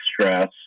stress